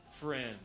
friend